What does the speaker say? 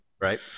right